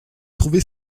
trouver